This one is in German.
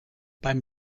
beim